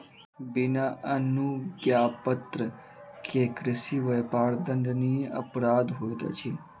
बिना अनुज्ञापत्र के कृषि व्यापार दंडनीय अपराध होइत अछि